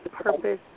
purpose